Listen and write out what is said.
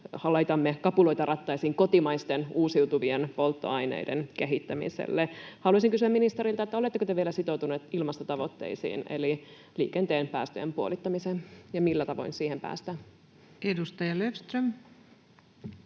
laitamme kapuloita rattaisiin kotimaisten uusiutuvien polttoaineiden kehittämiselle. Haluaisin kysyä ministeriltä: oletteko te vielä sitoutuneet ilmastotavoitteisiin eli liikenteen päästöjen puolittamiseen, ja millä tavoin siihen päästään? [Speech 565]